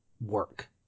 work